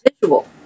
visual